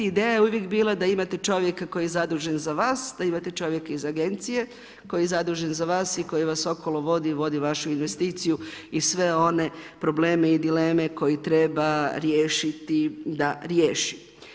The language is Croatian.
Ideja je uvijek bila da imate čovjeka koji je zadužen za vas, da imate čovjeka iz agencije, koji je zadužen za vas i koji vas okolo vodi i vodi vašu investiciju i sve one probleme i dileme koje treba riješiti da riješi.